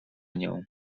nią